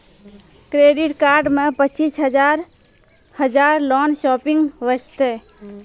Credit card मे पचीस हजार हजार लोन शॉपिंग वस्ते?